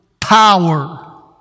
power